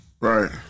Right